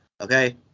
Okay